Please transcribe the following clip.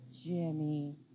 Jimmy